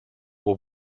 will